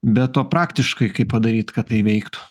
bet o praktiškai kaip padaryt kad tai veiktų